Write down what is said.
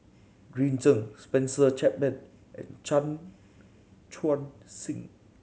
Green Zeng Spencer Chapman and Chan Chun Sing